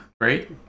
great